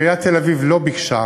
עיריית תל-אביב לא ביקשה.